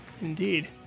Indeed